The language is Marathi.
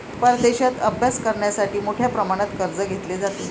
परदेशात अभ्यास करण्यासाठी मोठ्या प्रमाणात कर्ज घेतले जाते